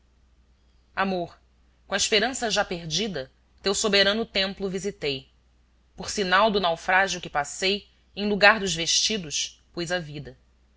amor co a esperança já perdida teu soberano templo visitei por sinal do naufrágio que passei em lugar dos vestidos pus a vida